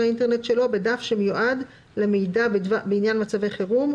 האינטרנט שלו בדף שמיועד למידע בעניין מצבי חירום,